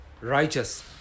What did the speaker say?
righteous